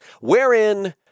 wherein